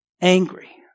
angry